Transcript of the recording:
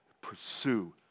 pursue